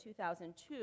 2002